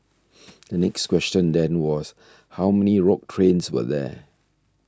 the next question then was how many rogue trains were there